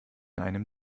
einem